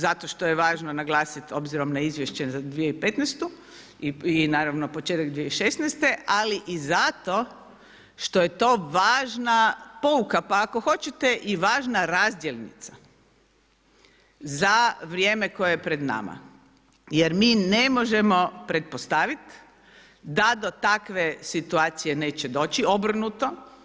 Zato što je važno naglasiti obzirom na izvješće za 2015. i naravno početak 2016., ali i zato što je to važna pouka, pa ako hoćete i važna razdjelnica za vrijeme koje je pred nama jer mi ne možemo pretpostavit da do takve situacije neće doći obrnuto.